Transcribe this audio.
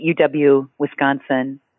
UW-Wisconsin